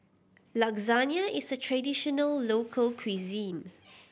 lasagne is a traditional local cuisine